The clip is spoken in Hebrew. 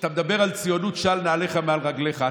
כשאתה מדבר על ציונות, של נעליך מעל רגליך.